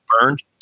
burned